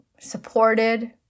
supported